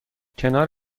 کنار